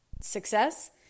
success